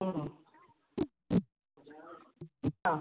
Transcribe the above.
മ്മ് ആ